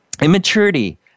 Immaturity